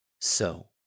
So